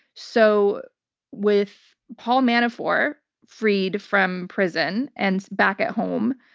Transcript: so with paul manafort freed from prison and back at home,